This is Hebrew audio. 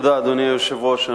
תודה, אדוני היושב-ראש.